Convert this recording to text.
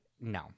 no